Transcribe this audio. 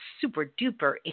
super-duper